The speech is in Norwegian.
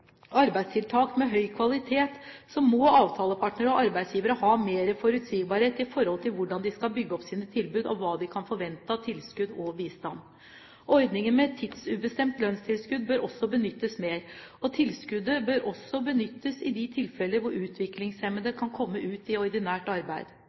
arbeidstiltak med høy kvalitet, må avtalepartnere og arbeidsgivere ha mer forutsigbarhet i forhold til hvordan de skal bygge opp sine tilbud, og hva de kan forvente av tilskudd og bistand. Ordningen med tidsubestemt lønnstilskudd bør benyttes mer, og tilskuddet bør også benyttes i de tilfeller hvor